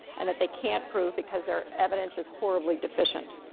and that they can't prove because their evidence is horribly deficient.